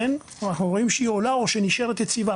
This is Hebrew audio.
אנחנו רואים שהיא עולה או שנשארת יציבה,